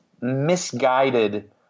misguided